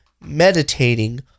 meditating